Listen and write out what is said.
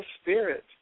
spirit